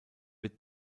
wird